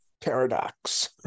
paradox